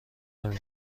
نمی